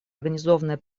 организованная